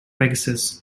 pegasus